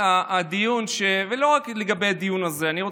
עלו כאן כמה חברי כנסת מהצד הזה ולא צפצפו אפילו,